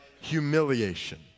humiliation